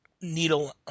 needle